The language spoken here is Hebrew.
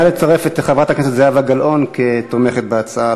נא לצרף את חברת הכנסת זהבה גלאון כתומכת בהצעה,